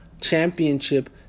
championship